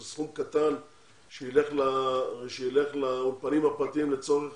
סכום קטן שיילך לאולפנים הפרטיים לצורך